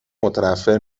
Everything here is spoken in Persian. متنفر